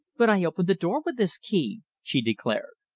but i opened the door with this key, she declared.